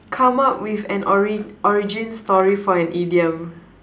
come up with an origin origin story for an idiom